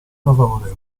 favorevole